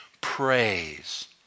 praise